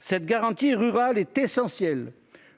cette garantie rural est essentiel